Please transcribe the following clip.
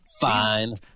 Fine